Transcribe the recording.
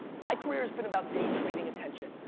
my career's been about day-trading attention.